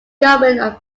government